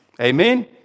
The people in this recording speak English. Amen